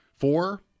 Four